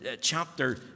chapter